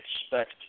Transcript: expect